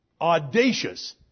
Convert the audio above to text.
audacious